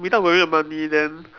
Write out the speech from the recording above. without worrying about money then